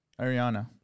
Ariana